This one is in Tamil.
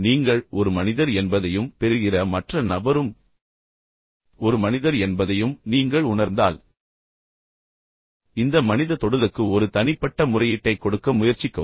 நீங்கள் ஒரு மனிதர் என்பதையும் பெறுகிற மற்ற நபரும் ஒரு மனிதர் என்பதையும் நீங்கள் உணர்ந்தால் இந்த மனித தொடுதலுக்கு ஒரு தனிப்பட்ட முறையீட்டைக் கொடுக்க முயற்சிக்கவும்